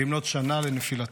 במלאת שנה לנפילתו: